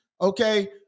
okay